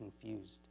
confused